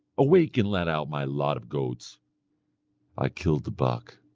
awake and let out my lot of goats i killed the buck.